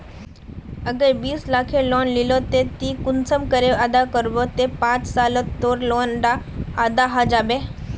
अगर बीस लाखेर लोन लिलो ते ती कुंसम करे अदा करबो ते पाँच सालोत तोर लोन डा अदा है जाबे?